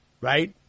right